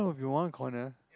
will be one corner